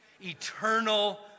Eternal